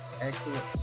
Excellent